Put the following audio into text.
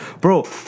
Bro